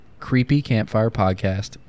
creepycampfirepodcast